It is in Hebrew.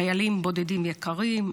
חיילים בודדים יקרים,